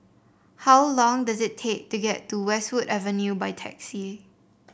how long does it take to get to Westwood Avenue by taxi